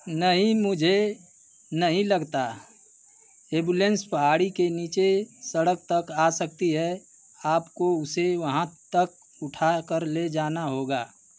नहीं मुझे नहीं लगता एम्बुलेन्स पहाड़ी के नीचे सड़क तक आ सकती है आपको उसे वहाँ तक उठाकर ले जाना होगा